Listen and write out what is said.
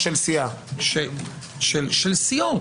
סיעות.